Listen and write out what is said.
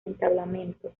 entablamento